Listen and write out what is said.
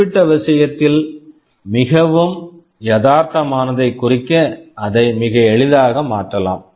குறிப்பிட்ட விஷயத்தில் மிகவும் யதார்த்தமானதைக் குறிக்க அதை மிக எளிதாக மாற்றலாம்